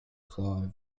clive